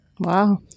Wow